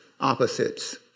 opposites